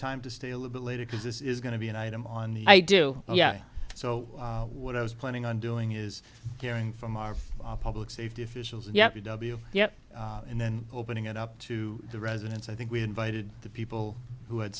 time to stay a little bit later because this is going to be an item on i do yeah so what i was planning on doing is hearing from our public safety officials and yappy w yeah and then opening it up to the residents i think we invited the people who had